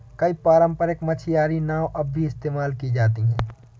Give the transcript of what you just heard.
कई पारम्परिक मछियारी नाव अब भी इस्तेमाल की जाती है